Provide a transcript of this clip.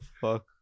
fuck